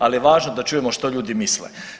Ali je važno da čujemo što ljudi misle.